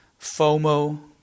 FOMO